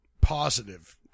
positive